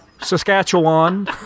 Saskatchewan